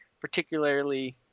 particularly